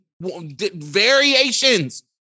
variations